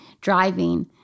driving—